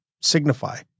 signify